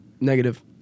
Negative